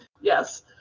yes